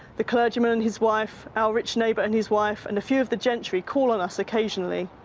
the clergyman and his wife, our rich neighbour and his wife and a few of the gentry call on us occasionally.